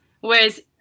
whereas